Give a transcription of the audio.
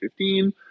2015